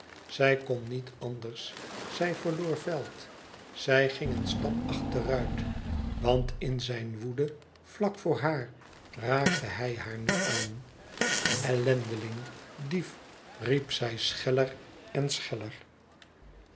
zij kon niet anders zij verloor veld zij ging een stap achteruit want in zijn woede vlak voor haar raakte hij haar nu aan ellendeling dief riep zij scheller en scheller